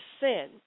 sin